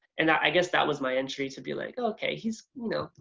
and i guess that was my entry to be like okay he's you know,